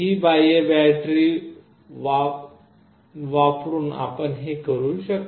ही बाह्य बॅटरी वापरुन आपण हे करू शकता